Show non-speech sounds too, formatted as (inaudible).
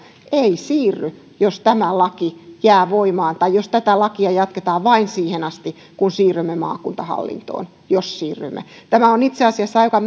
eivät siirry jos tämä laki jää voimaan tai jos tätä lakia jatketaan vain siihen asti kun siirrymme maakuntahallintoon jos siirrymme tämä on itse asiassa aika (unintelligible)